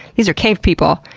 these are cave people.